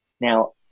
Now